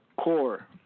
core